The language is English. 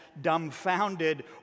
dumbfounded